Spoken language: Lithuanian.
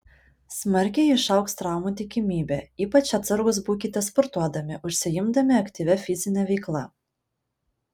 smarkiai išaugs traumų tikimybė ypač atsargūs būkite sportuodami užsiimdami aktyvia fizine veikla